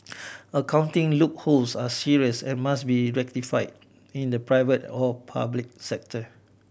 accounting loopholes are serious and must be rectify in the private or public sector